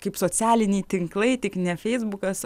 kaip socialiniai tinklai tik ne feisbukas